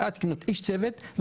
איש הצוות,